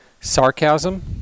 sarcasm